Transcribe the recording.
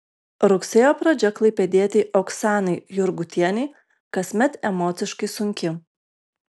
rugsėjo pradžia klaipėdietei oksanai jurgutienei kasmet emociškai sunki